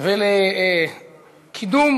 וקידום